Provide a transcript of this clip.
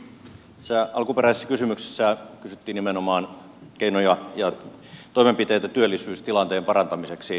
tässä alkuperäisessä kysymyksessä kysyttiin nimenomaan keinoja ja toimenpiteitä työllisyystilanteen parantamiseksi